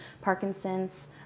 Parkinson's